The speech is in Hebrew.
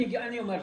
אני אומר לך.